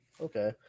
Okay